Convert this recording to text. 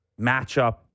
matchup